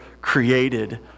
created